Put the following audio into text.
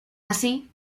así